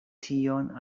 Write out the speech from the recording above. tion